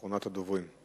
אחרונת הדוברים.